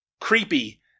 creepy